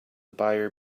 buyer